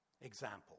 example